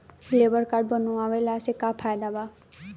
Labour card बनवाला से का फायदा बा?